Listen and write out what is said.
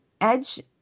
Edge